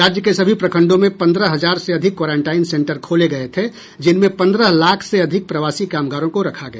राज्य के सभी प्रखंडों में पंद्रह हजार से अधिक क्वारंटाइन सेंटर खोले गये थे जिनमें पंद्रह लाख से अधिक प्रवासी कामगारों को रखा गया